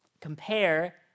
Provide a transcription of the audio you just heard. compare